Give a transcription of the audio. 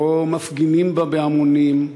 לא מפגינים בה בהמונים,